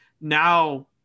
now